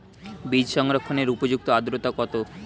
বীজ সংরক্ষণের উপযুক্ত আদ্রতা কত?